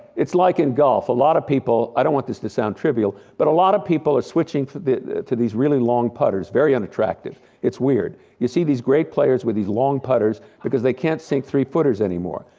it's like in golf, a lot of people, i don't want this to sound trivial, but a lot of people are switching to these really long putters, very unattractive. it's weird, you see these great players with these long putters because they can't sink three footers anymore.